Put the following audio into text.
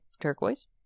turquoise